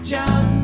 John